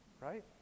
right